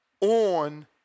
on